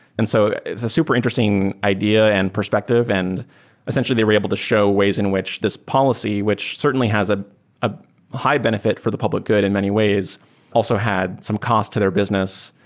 and so it's a super interesting idea and perspective, and essentially they were able to show ways in which this policy, which certainly has ah a high-benefit for the public good in many ways also had some cost to their business,